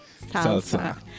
salsa